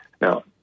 now